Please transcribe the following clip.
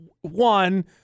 one